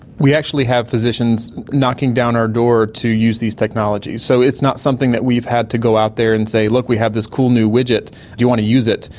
we actually have physicians knocking down our door to use these technologies. so it's not something that we've had to go out there and say, look, we have this cool new widget, do you want to use it?